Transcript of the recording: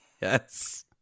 Yes